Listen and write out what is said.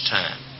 time